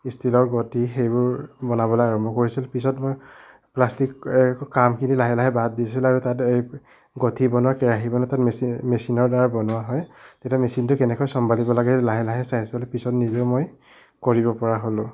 ষ্টিলৰ ঘটি সেইবোৰ বনাবলৈ আৰম্ভ কৰিছিল পিছত মোৰ প্লাষ্টিক কামখিনি লাহে লাহে বাদ দিছিলোঁ আৰু তাত এই ঘটি বনোৱা কেৰাহী বনোৱা তাত মেচিন মেচিনৰ দ্বাৰা বনোৱা হয় তেতিয়া মেচিনটো কেনেকৈ চম্ভালিব লাগে লাহে লাহে চাইছোঁ পিছত নিজেও মই কৰিব পৰা হ'লোঁ